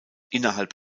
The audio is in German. innerhalb